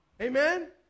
Amen